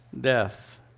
death